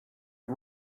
and